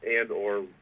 and/or